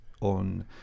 on